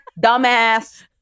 dumbass